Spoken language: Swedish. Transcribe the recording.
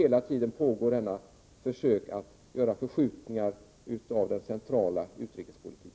Hela tiden pågår som sagt försök att göra förskjutningar av den centrala utrikespolitiken.